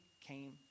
came